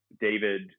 David